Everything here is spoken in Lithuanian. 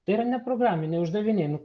tai yra ne programiniai uždaviniai nu